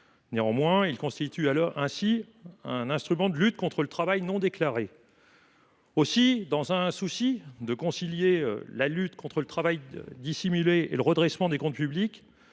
Néanmoins, il constitue aussi un instrument de lutte contre le travail non déclaré. Aussi, dans un souci de concilier la lutte contre le travail dissimulé et le redressement des comptes publics,